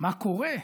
מה קורה?